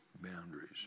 boundaries